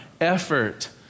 effort